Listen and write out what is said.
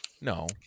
No